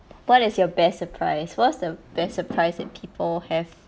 what is your best surprise what's the best surprise that people have